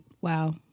Wow